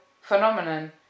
phenomenon